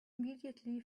immediately